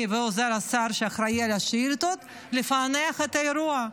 ועוזר השר שאחראי על השאילתות לפענח את האירוע.